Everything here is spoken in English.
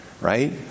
right